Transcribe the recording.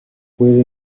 puede